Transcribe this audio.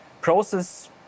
process